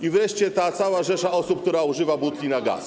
I wreszcie ta cała rzesza osób, które używają butli na gaz.